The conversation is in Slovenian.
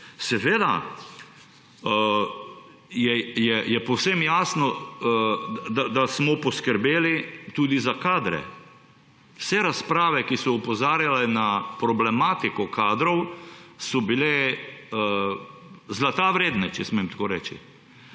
Seveda je povsem jasno, da smo poskrbeli tudi za kadre. Vse razprave, ki so opozarjale na problematiko kadrov, so bile zlata vredne, če smem tako reči.